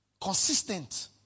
consistent